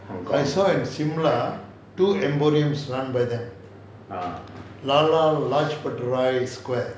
I saw in shimla two emporiums runned by them lala rajput rai square